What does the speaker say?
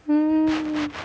mm